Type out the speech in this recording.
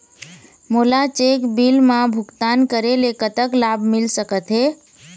मोला cheque bill मा भुगतान करेले कतक लाभ मिल सकथे?